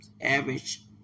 average